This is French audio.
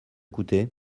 coûté